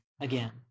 again